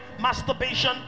masturbation